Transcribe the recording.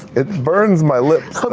it burns my lips,